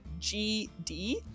GD